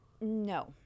no